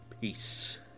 peace